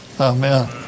Amen